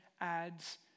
ads